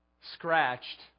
scratched